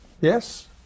Yes